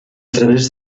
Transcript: través